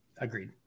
Agreed